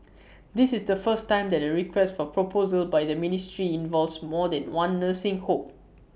this is the first time that A request for proposal by the ministry involves more than one nursing home